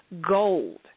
gold